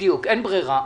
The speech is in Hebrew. בדיוק, אין ברירה.